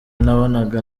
nabonaga